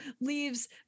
leaves